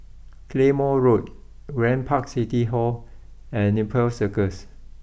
Claymore Road Grand Park City Hall and Nepal Circus